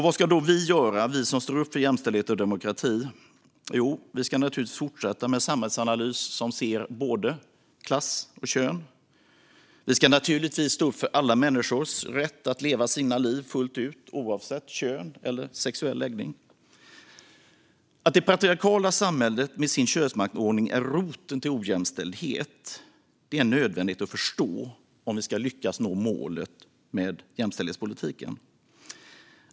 Vad ska då vi som står upp för jämställdhet och demokrati göra? Jo, vi ska naturligtvis fortsätta med samhällsanalys som ser både klass och kön. Vi ska naturligtvis stå upp för alla människors rätt att leva sina liv fullt ut oavsett kön och sexuell läggning. Att det patriarkala samhället med sin könsmaktsordning är roten till ojämställdhet är nödvändigt att förstå om vi ska lyckas nå målet med jämställdhetspolitiken.